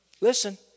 Listen